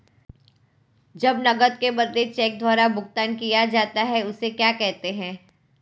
जब नकद के बदले चेक द्वारा भुगतान किया जाता हैं उसे क्या कहते है?